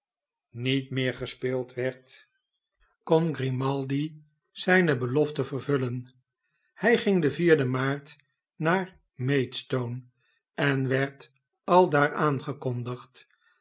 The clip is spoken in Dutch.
niet meer gespeeld werd kon grimaldi zijne belofte vervullen hij ging den vierden maart naar maidstone en werd aldaar aangekondigd